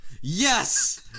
Yes